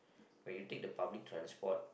when you take the public transport